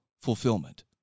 fulfillment